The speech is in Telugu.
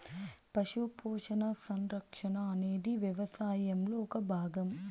పశు పోషణ, సంరక్షణ అనేది వ్యవసాయంలో ఒక భాగం